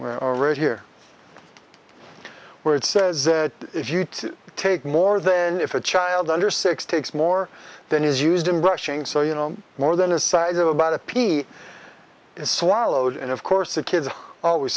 already here where it says if you to take more then if a child under six takes more than is used in brushing so you know more than a size of about a pea and swallowed and of course the kids always